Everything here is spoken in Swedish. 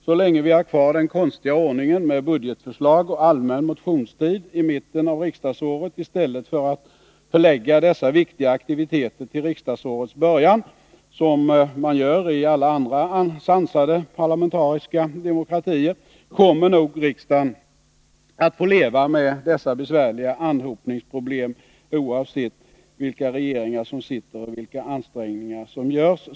Så länge vi har kvar den konstiga ordningen med budgetförslag och allmän motionstid i mitten av riksdagsåret i stället för att förlägga dessa viktiga aktiviteter till riksdagsårets början, som man gör i alla andra sansade parlamentariska demokratier, kommer nog riksdagen att få leva med dessa besvärliga anhopningsproblem, oavsett vilka regeringar som sitter och vilka ansträngningar som görs.